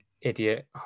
idiot